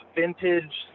vintage